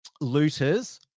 looters